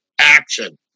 action